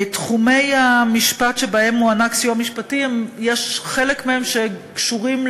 תחומי המשפט שבהם ניתן סיוע משפטי: חלק מהם קשורים